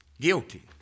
Guilty